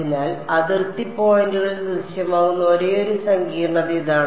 അതിനാൽ അതിർത്തി പോയിന്റുകളിൽ ദൃശ്യമാകുന്ന ഒരേയൊരു സങ്കീർണത ഇതാണ്